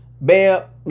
Bam